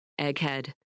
Egghead